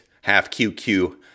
half-QQ